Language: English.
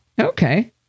Okay